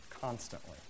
Constantly